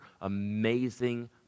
amazing